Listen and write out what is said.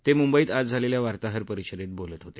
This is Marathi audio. ते मुंबईत आज झालेल्या वार्ताहर परिषदेत बोलत होते